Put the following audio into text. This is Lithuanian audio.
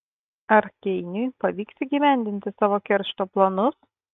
ar keiniui pavyks įgyvendinti savo keršto planus